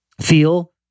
feel